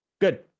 good